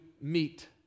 meet